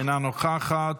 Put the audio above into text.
אינה נוכחת.